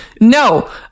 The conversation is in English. no